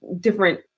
different